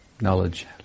Knowledge